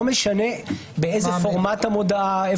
לא משנה באיזה פורמט המודעה.